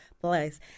Place